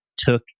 took